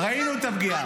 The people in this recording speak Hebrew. ראינו את הפגיעה.